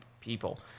people